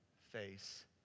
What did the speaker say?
face